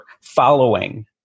following